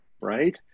right